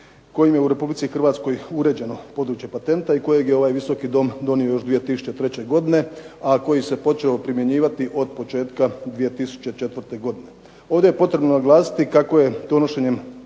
kojim je u Republici Hrvatskoj uređeno područje patenta i kojeg je ovaj Visoki dom donio još 2003. godine, a koji se počeo primjenjivati od početka 2004. godine. Ovdje je potrebno naglasiti kako je donošenjem